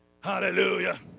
Hallelujah